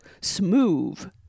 smooth